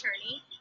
attorney